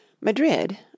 Madrid